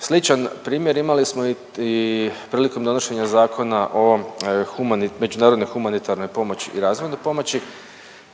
Sličan primjer imali smo i prilikom donošenja Zakona o međunarodnoj humanitarnoj pomoći i razvojnoj pomoći